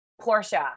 Portia